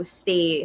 stay